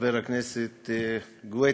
חבר הכנסת גואטה,